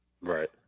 Right